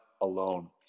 alone